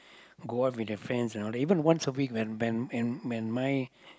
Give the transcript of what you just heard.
go out with their friends and all that even once in a week when when when my